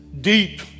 deep